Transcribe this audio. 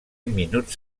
minuts